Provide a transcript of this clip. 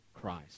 Christ